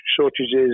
shortages